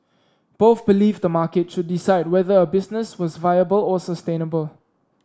both believed the market should decide whether a business was viable or sustainable